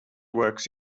works